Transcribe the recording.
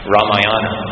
Ramayana